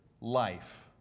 life